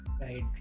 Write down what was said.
Right